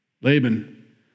Laban